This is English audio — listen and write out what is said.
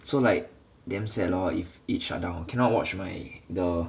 so like damn sad lor if it shut down cannot watch my the